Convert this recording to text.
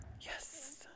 Yes